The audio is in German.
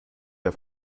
der